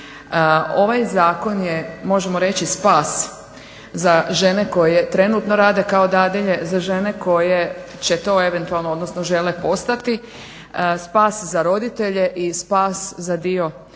Ovaj zakon je možemo reći spas za žene koje trenutno rade kao dadilje, za žene koje će to eventualno odnosno žele postati, spas za roditelje i spas za dio